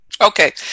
Okay